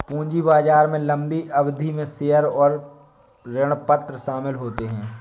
पूंजी बाजार में लम्बी अवधि में शेयर और ऋणपत्र शामिल होते है